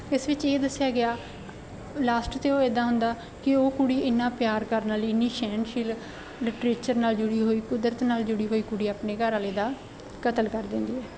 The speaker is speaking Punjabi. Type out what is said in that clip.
ਇਸ ਵਿੱਚ ਇਹ ਦੱਸਿਆ ਗਿਆ ਲਾਸਟ 'ਤੇ ਉਹ ਇੱਦਾਂ ਹੁੰਦਾ ਕਿ ਉਹ ਕੁੜੀ ਇੰਨਾ ਪਿਆਰ ਕਰਨ ਵਾਲੀ ਇੰਨੀ ਸਹਿਣਸ਼ੀਲ ਲਿਟਰੇਚਰ ਨਾਲ ਜੁੜੀ ਹੋਈ ਕੁਦਰਤ ਨਾਲ ਜੁੜੀ ਹੋਈ ਕੁੜੀ ਆਪਣੇ ਘਰ ਵਾਲੇ ਦਾ ਕਤਲ ਕਰ ਦਿੰਦੀ ਹੈ